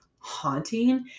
haunting